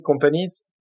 companies